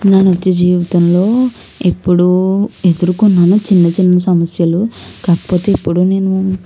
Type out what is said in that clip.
నా నృత్య జీవితంలో ఎప్పుడూ ఎదుర్కొన్నాను చిన్న చిన్న సమస్యలు కాకపోతే ఇప్పుడు నేను